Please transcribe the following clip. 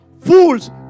fools